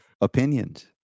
opinions